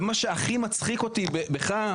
ומה שהכי מצחיק אותי בך,